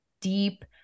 deep